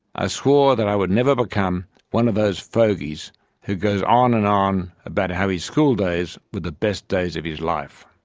i swore that i would never become one of those fogeys who goes on and on about how his schooldays were the best days of his life.